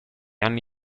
anni